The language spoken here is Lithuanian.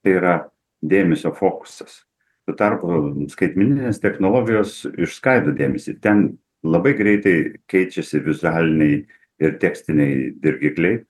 tai yra dėmesio fokusas tuo tarpu skaitmeninės technologijos išskaido dėmesį ten labai greitai keičiasi vizualiniai ir tekstiniai dirgikliai